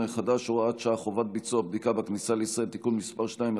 החדש (הוראת שעה) (חובת ביצוע בדיקה בכניסה לישראל) (תיקון מס' 2),